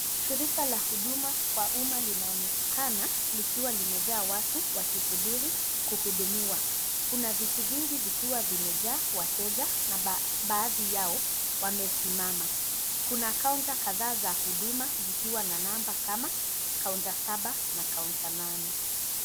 Shirika la huduma kwa umma linaonekana likiwa limejaa watu wakisubiri kuhudumiwa. Kuna viti vingi vikiwa vimejaa wateja, baadhi yao wamesimama. Kuna kaunta kadhaa za huduma zikiwa na namba kama kaunta saba na kaunta nane.